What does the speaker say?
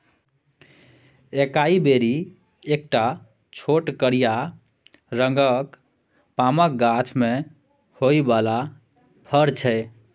एकाइ बेरी एकटा छोट करिया रंगक पामक गाछ मे होइ बला फर छै